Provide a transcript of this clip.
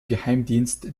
geheimdienst